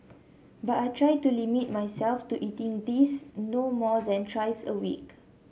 but I try to limit myself to eating these no more than thrice a week